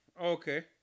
Okay